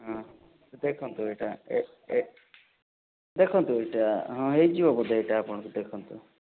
ହଁ ଦେଖନ୍ତୁ ଏଇଟା ଦେଖନ୍ତୁ ଏଇଟା ହଁ ହେଇଯିବ ବୋଧେ ଏଇଟା ଆପଣଙ୍କୁ ଦେଖନ୍ତୁ